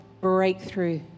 breakthrough